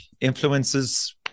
influences